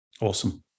Awesome